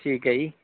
ਠੀਕ ਹੈ ਜੀ